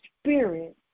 Spirit